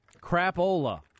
Crapola